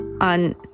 on